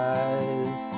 eyes